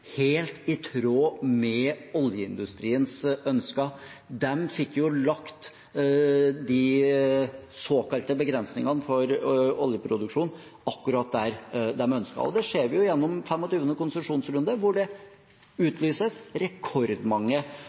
helt i tråd med oljeindustriens ønsker. De fikk lagt de såkalte begrensningene for oljeproduksjon akkurat der de ønsket. Det ser vi gjennom 25. konsesjonsrunde, der det utlyses rekordmange